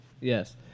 Yes